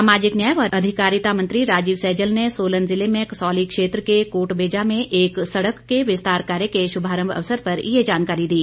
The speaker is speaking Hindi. सामाजिक न्याय व अधिकारिता मंत्री राजीव सहजल ने सोलन जिले में कसौली क्षेत्र के कोटबेजा में एक सड़क के विस्तार कार्य के शुभारंभ अवसर पर ये जानकारी दी